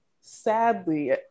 sadly